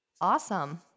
Awesome